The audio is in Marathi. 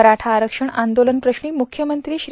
मराठा आरक्षण आंदोलन प्रश्नी मुख्यमंत्री श्री